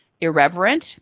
irreverent